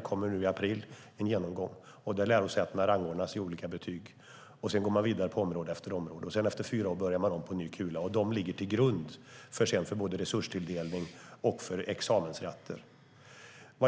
Det kommer en genomgång av dem i april. Där kommer lärosätena att rangordnas, med olika betyg. Sedan går man vidare på område efter område, och efter fyra år börjar man om på ny kula. De genomgångarna ligger sedan till grund för både resurstilldelning och examensrätter. Jag